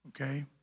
Okay